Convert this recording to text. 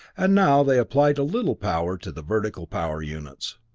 and now they applied a little power to the vertical power units.